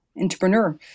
entrepreneur